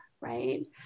right